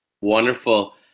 Wonderful